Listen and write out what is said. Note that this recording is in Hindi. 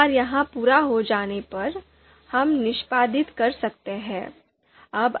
एक बार यह पूरा हो जाने पर हम निष्पादित कर सकते हैं